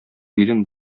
билен